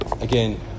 Again